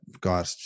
God